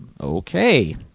Okay